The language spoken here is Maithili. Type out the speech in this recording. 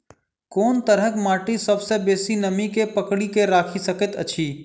कोन तरहक माटि सबसँ बेसी नमी केँ पकड़ि केँ राखि सकैत अछि?